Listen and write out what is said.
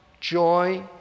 joy